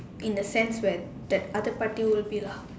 in the sense where that other party will be lah